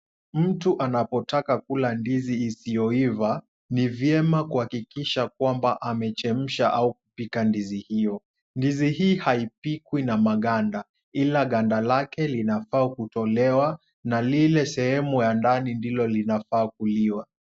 Mtu anapotaka kula ndizi isiyoiva ni vyema kuhakikisha kwamba amechemsha au kupika ndizi hiyo. Ndizi hii haipikwi na maganda ila ganda lake linafaa kutolewa na lile sehemu ya ndani ndilo linafaa kuliwa.